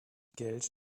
geld